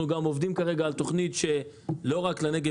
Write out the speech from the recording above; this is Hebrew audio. אנחנו גם עובדים כרגע על תכנית לא רק לנגב